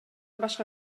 башка